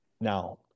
now